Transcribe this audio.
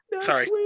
sorry